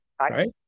Right